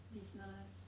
business